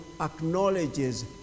acknowledges